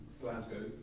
Glasgow